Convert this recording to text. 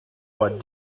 what